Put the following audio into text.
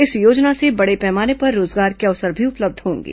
इस योजना से बड़े पैमाने पर रोजगार के अवसर पर भी उपलब्ध होंगे